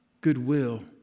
goodwill